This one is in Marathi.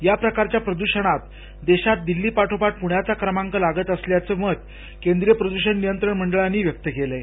या प्रकारच्या प्रदूषणात देशात दिल्लीपाठोपाठ पुण्याचा क्रमांक लागत असल्याचं मत केंद्रीय प्रदूषण नियंत्रण मंडळानं व्यक्त केलं आहे